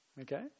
okay